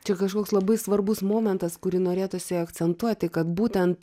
čia kažkoks labai svarbus momentas kurį norėtųsi akcentuoti kad būtent